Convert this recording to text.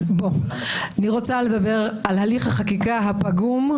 אני רוצה לדבר על הליך החקיקה הפגום,